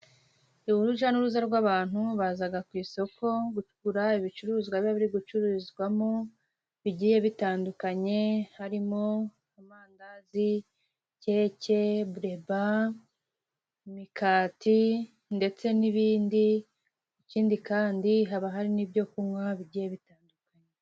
Urujya n'uruza rw'abantu baza ku isoko kugura ibicuruzwa biba biri gucuruzwamo bigiye bitandukanye. Harimo amandazi, keke, buleba, imikati ndetse n'ibindi. Ikindi kandi haba hari n'ibyo kunywa bigiye bitandukanye.